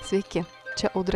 sveiki čia audra